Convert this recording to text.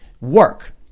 work